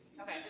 Okay